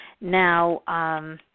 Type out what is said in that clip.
Now